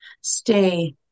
Stay